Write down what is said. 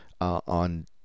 on